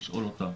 לשאול אותם.